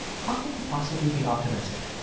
how can he possibly be optimistic?